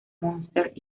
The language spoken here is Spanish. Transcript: monsters